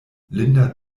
linda